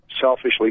selfishly